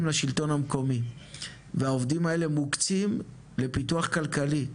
לשלטון המקומי והעובדים האלה מוקצים לפיתוח כלכלי,